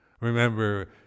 Remember